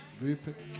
Rupert